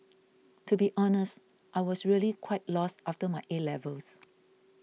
to be honest I was really quite lost after my A levels